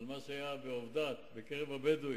מה שהיה בעבדת, בקרב הבדואים,